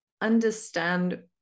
understand